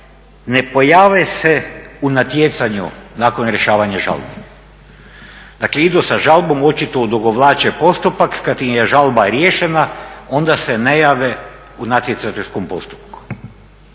ne pojave se u natjecanju nakon rješavanja žalbi. Dakle, idu sa žalbom, očito odugovlače postupak, kad im je žalba riješene onda se ne jave u natjecateljskom postupku.